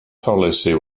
policy